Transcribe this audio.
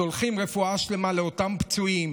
שולחים רפואה שלמה לפצועים,